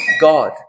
God